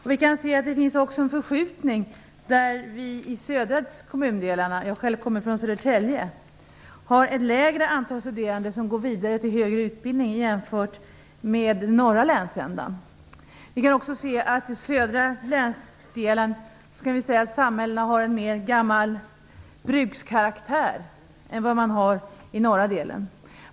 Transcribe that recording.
Vi kan också se att det finns en förskjutning där vi i de södra kommundelarna - jag kommer själv från Södertälje - har ett lägre antal studerande som går vidare till högre utbildning jämfört med norra länsändan. Vi kan också se att samhällena i södra länsdelen har en mer gammal brukskaraktär än i norra delen.